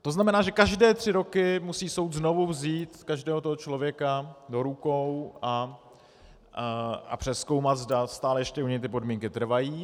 To znamená, že každé tři roku musí soud znovu vzít každého toho člověka do rukou a přezkoumat, zda stále ještě u něj ty podmínky trvají.